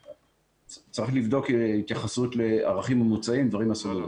צריך לבדוק התייחסות לערכים ממוצעים ודברים מהסוג הזה.